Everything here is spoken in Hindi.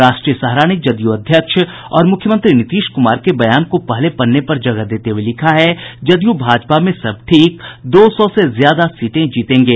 राष्ट्रीय सहारा ने जदयू अध्यक्ष और मुख्यमंत्री नीतीश कुमार के बयान को पहले पन्ने पर जगह देते हुये लिखा है जदयू भाजपा में सब ठीक दो सौ से ज्यादा सीटें जीतेंगे